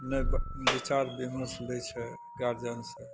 नै बिचार बिमर्श लै छै गार्जियनसँ